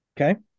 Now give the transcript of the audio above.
okay